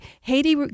Haiti